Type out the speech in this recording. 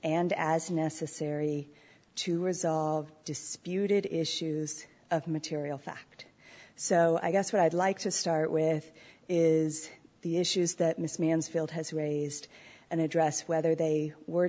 and as necessary to resolve disputed issues of material fact so i guess what i'd like to start with is the issues that miss mansfield has who raised an address whether they were